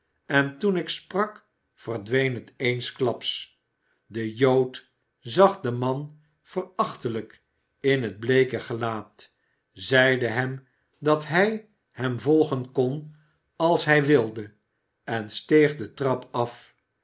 en toen ik sprak verdween het eensklaps de jood zag den man verachtelijk in het bleeke jelaat zeide hem dat hij hem volgen kon als hij wilde en steeg de trap af